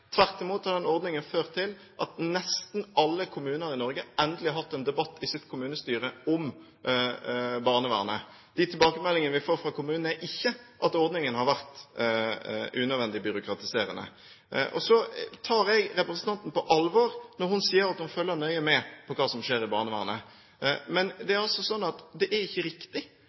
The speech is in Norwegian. Tvert imot har denne ordningen ført til at nesten alle kommuner i Norge endelig har hatt en debatt i sitt kommunestyre om barnevernet. De tilbakemeldingene vi får fra kommunene, er ikke at ordningen har vært unødvendig byråkratiserende. Så tar jeg representanten på alvor når hun sier at hun følger nøye med på hva som skjer i barnevernet. Men det er ikke riktig at